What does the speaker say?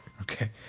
Okay